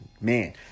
Man